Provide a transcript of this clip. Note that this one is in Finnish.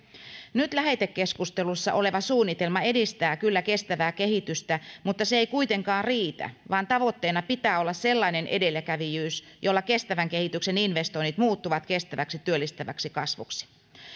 nyt lähetekeskustelussa oleva suunnitelma edistää kyllä kestävää kehitystä mutta se ei kuitenkaan riitä vaan tavoitteena pitää olla sellainen edelläkävijyys jolla kestävän kehityksen investoinnit muuttuvat kestäväksi työllistäväksi kasvuksi